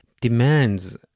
demands